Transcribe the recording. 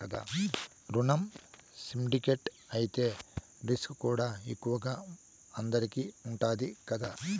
రునం సిండికేట్ అయితే రిస్కుకూడా ఎక్కువగా అందరికీ ఉండాది కదా